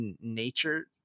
nature